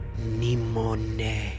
Nimone